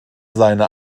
seine